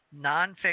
nonfiction